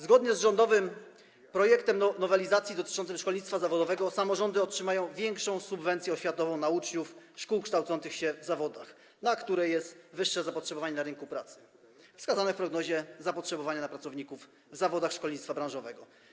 Zgodnie z rządowym projektem nowelizacji dotyczącym szkolnictwa zawodowego samorządy otrzymają większą subwencję oświatową na uczniów szkół kształcących się w zawodach, na które jest wyższe zapotrzebowanie na rynku pracy wskazane w prognozie zapotrzebowania na pracowników w zawodach szkolnictwa branżowego.